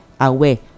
away